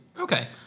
Okay